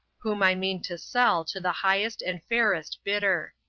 whom i mean to sell to the highest and fairest bidder.